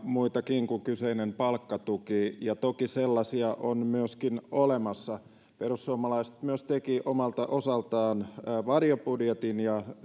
muitakin työllisyystoimia kuin kyseinen palkkatuki ja toki sellaisia on myöskin olemassa perussuomalaiset tekivät omalta osaltaan varjobudjetin